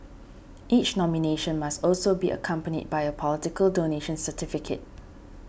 each nomination must also be accompanied by a political donation certificate